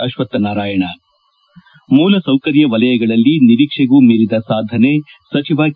ಅಶ್ವತ್ಥನಾರಾಯಣ್ ಮೂಲಸೌಕರ್ಯ ವಲಯಗಳಲ್ಲಿ ನಿರೀಕ್ಷೆಗೂ ಮೀರಿದ ಸಾಧನೆ ಸಚಿವ ಕೆ